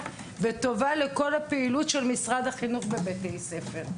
וטובה לכל הפעילות של משרד החינוך בבתי הספר.